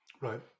Right